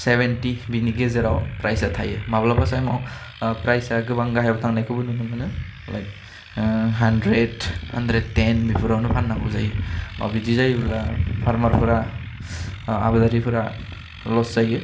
seventy बिनि गेजेराव प्राइसआ थायो माब्लाबा समाव ओह प्राइसआ गोबां गाहायाव थांनायखौबो नुनो मोनो लाइक हान्ड्रेड हान्ड्रेड टेन बेफोरावनो फान्नांगौ जायो अह बिदि जायोब्ला फार्मारफ्रा आबादारिफोरा ल'स्ट जायो